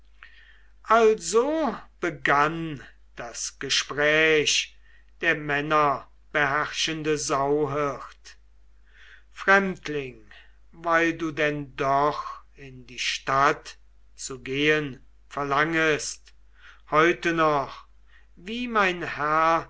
also begann das gespräch der männerbeherrschende sauhirt fremdling weil du denn doch in die stadt zu gehen verlangest heute noch wie mein herr